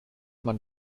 man